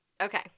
Okay